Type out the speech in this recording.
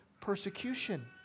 persecution